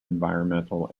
environmental